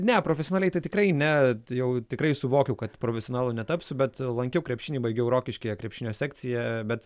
ne profesionaliai tai tikrai ne jau tikrai suvokiau kad profesionalu netapsiu bet lankiau krepšinį baigiau rokiškyje krepšinio sekciją bet